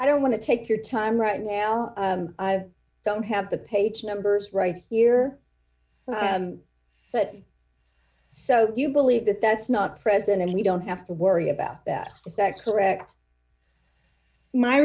i don't want to take your time right now don't have the page numbers right here but so you believe that that's not present and we don't have to worry about that is that correct my